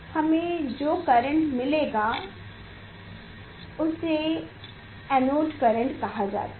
हमें जो करंट मिलेगा उसे एनोड करंट कहा जाता है